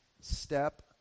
step